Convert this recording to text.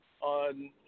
on